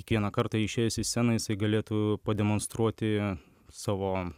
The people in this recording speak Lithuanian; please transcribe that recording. kiekvieną kartą išėjęs į sceną jisai galėtų pademonstruoti savo